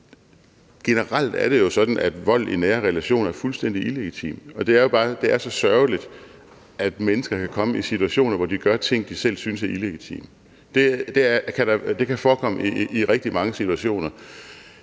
Generelt er det jo sådan, at vold i nære relationer er fuldstændig illegitim, og det er jo så sørgeligt, at mennesker kan komme i situationer, hvor de gør ting, de selv synes er illegitime. Det kan forekomme i rigtig mange situationer.